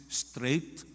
straight